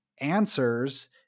answers